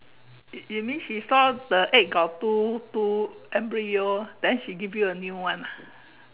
you you mean she saw the egg got two two embryo then she give you a new one ah